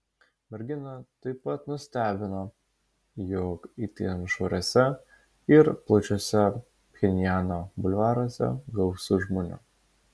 merginą taip pat nustebino jog itin švariuose ir plačiuose pchenjano bulvaruose gausu žmonių